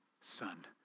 son